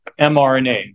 mRNA